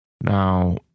Now